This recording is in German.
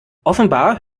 offenbar